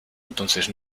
entonces